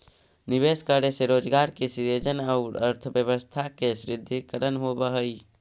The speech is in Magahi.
निवेश करे से रोजगार के सृजन औउर अर्थव्यवस्था के सुदृढ़ीकरण होवऽ हई